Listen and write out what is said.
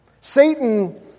Satan